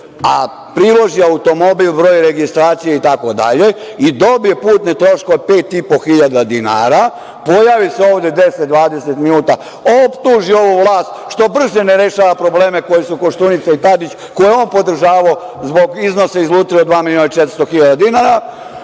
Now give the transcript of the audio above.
a priloži automobil, broj registracije itd, i dobije putne troškove 5.500 dinara, pojavi se ovde 10-20 minuta, optuži ovu vlast što brže ne rešava probleme koje su Koštunica i Tadić, koje je on podržavao zbog iznosa iz Lutrije od dva